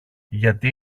γιατί